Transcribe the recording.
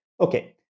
Okay